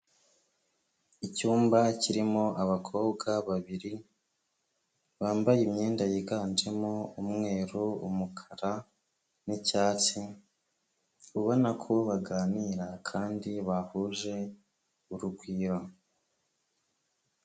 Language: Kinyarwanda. Icyumba kirimo abakobwa babiri bambaye imyenda yiganjemo umweru, umukara n'icyatsi, ubona ko baganira kandi bahuje urugwiro.